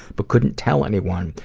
but couldn't tell anyone,